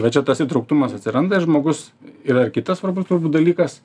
va čia tas įtrauktumas atsiranda ir žmogus yra ir kitas svarbus turbūt dalykas